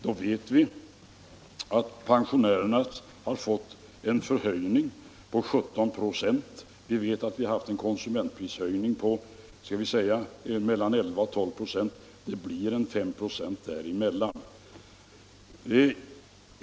Då vet vi att pensionärerna fått en förhöjning på 17 96. Vi vet att vi haft en konsumentprishöjning på mellan 11 och 12 96. Det blir ungefär 5 96 däremellan.